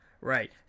Right